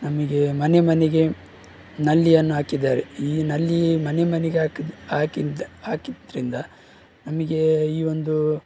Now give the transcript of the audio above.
ನಮಗೆ ಮನೆ ಮನೆಗೆ ನಲ್ಲಿಯನ್ನು ಹಾಕಿದ್ದಾರೆ ಈ ನಲ್ಲಿ ಮನೆ ಮನೆಗೆ ಹಾಕಿದ್ದ ಹಾಕಿದ್ದ ಹಾಕಿದ್ದರಿಂದ ನಮಗೆ ಈ ಒಂದು